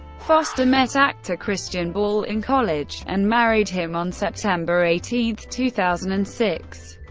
foster met actor christian borle in college, and married him on september eighteen, two thousand and six.